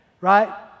right